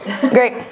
Great